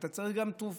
ואתה צריך גם תרופות,